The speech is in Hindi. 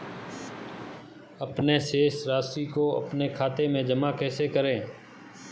अपने शेष राशि को खाते में जमा कैसे करें?